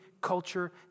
culture